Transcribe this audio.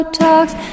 talks